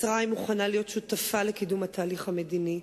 מצרים מוכנה להיות שותפה לקידום התהליך המדיני,